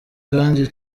kandi